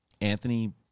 Anthony